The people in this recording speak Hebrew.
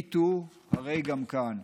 MeToo הרי גם כאן.